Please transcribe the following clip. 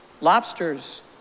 lobsters